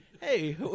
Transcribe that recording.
Hey